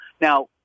Now